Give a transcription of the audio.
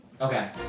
Okay